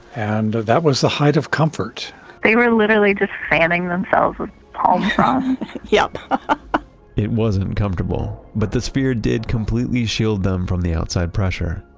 and that was the height of comfort they were literally just fanning themselves palm fronds yep it wasn't comfortable, but the sphere did completely shield them from the outside pressure.